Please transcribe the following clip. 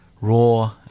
Raw